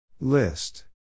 List